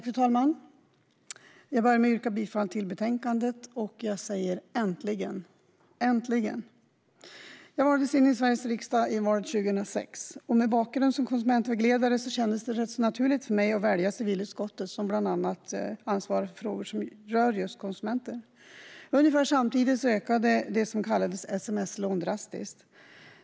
Fru talman! Jag börjar med att yrka bifall till förslaget i betänkandet och säga: Äntligen, äntligen! Jag valdes in i Sveriges riksdag i valet 2006. Med bakgrund som konsumentvägledare kändes det rätt naturligt för mig att välja civilutskottet, som bland annat ansvarar för frågor som rör just konsumenter. Ungefär samtidigt ökade det som kallades sms-lån drastiskt.